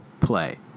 play